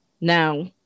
Now